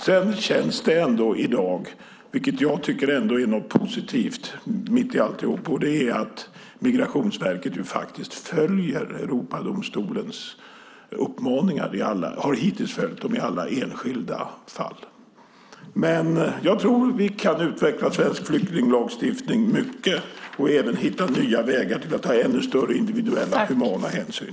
Sedan känns det ändå i dag så - vilket jag tycker är positivt mitt i alltihop - att Migrationsverket faktiskt hittills har följt Europadomstolens uppmaningar i alla enskilda fall. Jag tror att vi kan utveckla svensk flyktinglagstiftning mycket och även hitta nya vägar för att ta ännu större individuella och humana hänsyn.